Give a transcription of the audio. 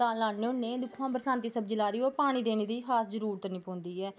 तां लान्ने होने दिक्खो आं बरसांती सब्ज़ी लाई दी होऐ पानी देने दी खास जरूरत निं पौंदी ऐ